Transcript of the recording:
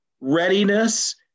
readiness